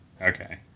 Okay